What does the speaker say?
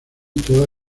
toda